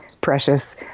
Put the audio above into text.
precious